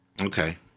Okay